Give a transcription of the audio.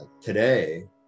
today